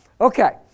Okay